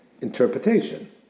interpretation